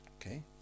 okay